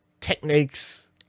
techniques